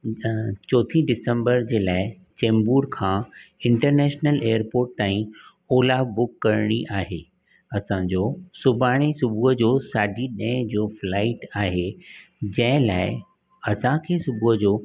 अ चोथीं दिसम्बर जे लाइ चेंबूर खां इंटरनेशनल एअरपोर्ट ताईं ओला बुक करिणी आहे असांजो सुभाणे सुबुह जो साढी ॾहें जो फ्लाईट आहे जंहिं लाइ असांखे सुबुह जो